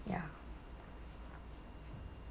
ya